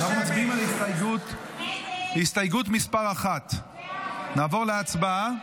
על הסתייגות מס' 1. נעבור להצבעה.